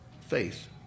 faith